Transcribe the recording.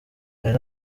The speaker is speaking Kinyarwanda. hari